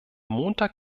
montag